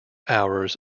hours